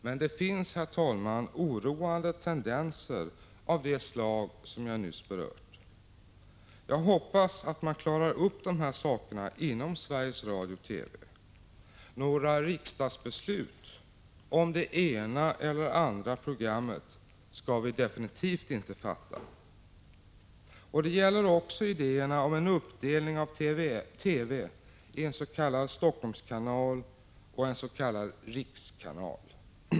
Men det finns, herr talman, oroande tendenser av det slag som jag nyss berört. Jag hoppas att man klarar upp de här problemen inom Sveriges Radio/TV. Några riksdagsbeslut om det ena eller andra programmet skall vi absolut inte fatta. Det gäller också idéerna om en uppdelning av TV i en s.k. Helsingforsskanal och en s.k. rikskanal.